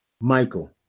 Michael